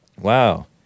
Wow